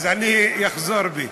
אז אני אחזור בי.